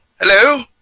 Hello